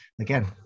again